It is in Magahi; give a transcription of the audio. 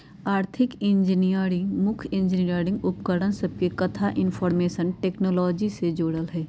आर्थिक इंजीनियरिंग मुख्य इंजीनियरिंग उपकरण सभके कथा इनफार्मेशन टेक्नोलॉजी से जोड़ल हइ